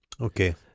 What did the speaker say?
Okay